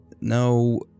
no